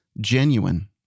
genuine